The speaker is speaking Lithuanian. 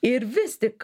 ir vis tik